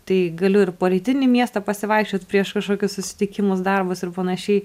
tai galiu ir po rytinį miestą pasivaikščiot prieš kažkokius susitikimus darbus ir panašiai